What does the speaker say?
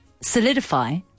solidify